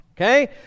Okay